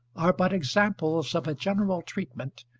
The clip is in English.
are but examples of a general treatment,